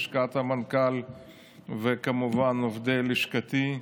לשכת המנכ"ל וכמובן עובדי לשכתי.